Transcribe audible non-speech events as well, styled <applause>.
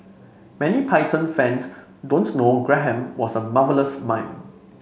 many Python fans <unintelligible> know Graham was a marvellous mime